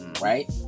right